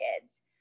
kids